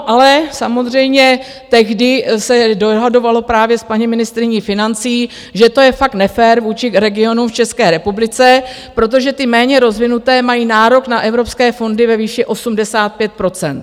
Ale samozřejmě tehdy se dohadovalo právě s paní ministryní financí, že to je fakt nefér vůči regionům v České republice, protože ty méně rozvinuté mají nárok na evropské fondy ve výši 85 %.